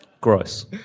Gross